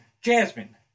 Jasmine